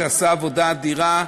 שעשה עבודה אדירה,